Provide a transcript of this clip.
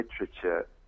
literature